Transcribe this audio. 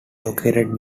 located